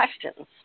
questions